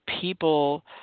people